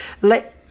Let